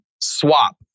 swap